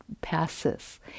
passes